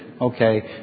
Okay